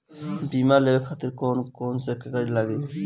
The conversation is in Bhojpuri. बीमा लेवे खातिर कौन कौन से कागज लगी?